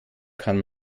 kann